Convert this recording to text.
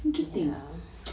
interesting